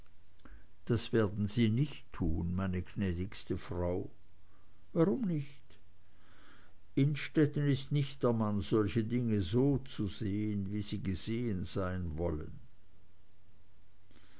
das werden sie nicht tun meine gnädigste frau warum nicht innstetten ist nicht der mann solche dinge so zu sehen wie sie gesehen sein wollen